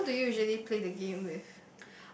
!wah! so who do you usually play the game with